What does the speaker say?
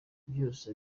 byose